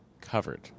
covered